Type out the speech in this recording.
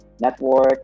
network